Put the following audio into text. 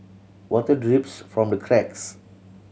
water drips from the cracks